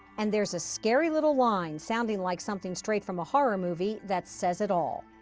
and there's a scary little line, sounding like something straight from a horror movie, that says it all.